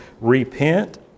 Repent